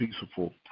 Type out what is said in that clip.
peaceful